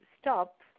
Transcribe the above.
stop